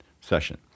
session